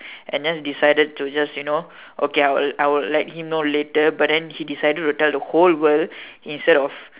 and then decided to just you know okay I'll I'll let him know later but then he decided to tell the whole world instead of